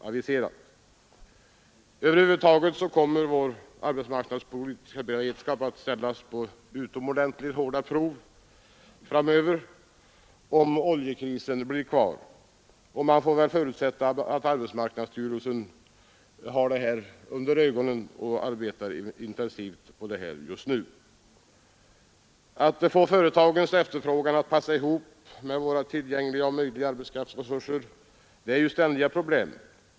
Över huvud taget kommer vår arbetsmarknadspolitiska beredskap att ställas på utomordentligt hårda prov om oljekrisen blir bestående. Man får förutsätta att arbetsmarknadsstyrelsen arbetar intensivt med detta just nu. Att få företagens efterfrågan att passa ihop med våra tillgängliga och möjliga arbetskraftsresurser är ett ständigt problem.